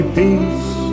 peace